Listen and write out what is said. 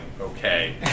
okay